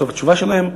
בסוף התשובה שלהם,